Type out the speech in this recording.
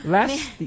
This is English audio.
Last